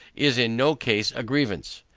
is in no case a grievance.